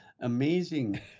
amazing